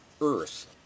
Earth